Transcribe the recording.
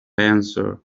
answer